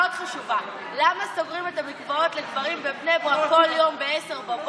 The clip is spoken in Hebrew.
מאוד חשובה: למה סוגרים את המקוואות לגברים בבני ברק כל יום ב-10:00?